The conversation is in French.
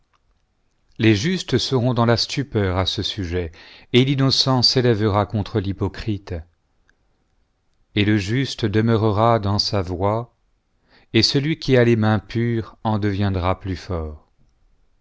les juistes seront dans la stupeur à ce sujet et l'ianocent s'élèvera contre l'hypocrite et lo juste demeurera dans sa voie et celui qui a les mains pures eu deviendra plus fort